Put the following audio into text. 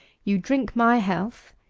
you drink my health,